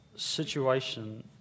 situation